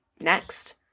next